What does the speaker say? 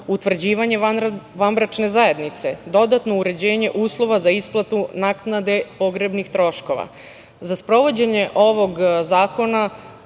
utvrđivanje vanbračne zajednice, dodatno uređenje uslova za isplatu naknade pogrebnih troškova.Za sprovođenje ovog zakona